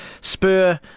spur